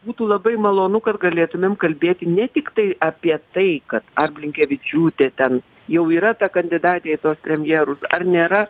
būtų labai malonu kad galėtumėm kalbėti ne tiktai apie tai kad ar blinkevičiūtė ten jau yra ta kandidatė į tuos premjerus ar nėra